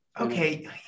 Okay